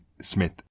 Smith